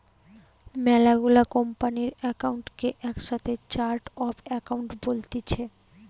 মেলা গুলা কোম্পানির একাউন্ট কে একসাথে চার্ট অফ একাউন্ট বলতিছে